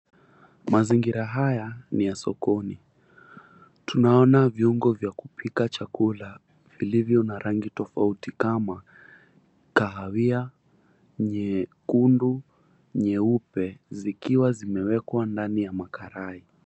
Mazingira haya ni ya sokoni, tunaona viungo vya kupika chakula vilivyo na rangi tofauti kama kahawia, nyekundu, nyeupe zikiwa zimeekwa ndani ya makarai.